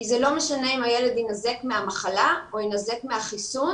כי זה לא משנה אם הילד יינזק מהמחלה או יינזק מהחיסון,